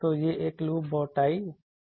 तो यह एक लूप बोटाई बराबर है